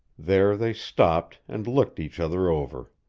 there they stopped and looked each other over.